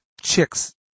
chicks